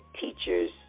teachers